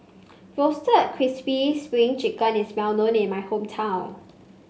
Roasted Crispy Spring Chicken is well known in my hometown